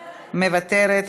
מוותרת.